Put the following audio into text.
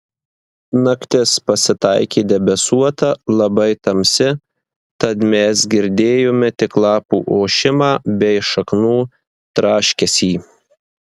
naktis pasitaikė debesuota labai tamsi tad mes girdėjome tik lapų ošimą bei šaknų traškesį